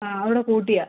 ആ അതും കൂടെ കൂട്ടിയാണ്